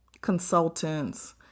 consultants